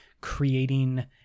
creating